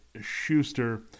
Schuster